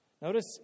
Notice